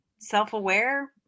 Self-aware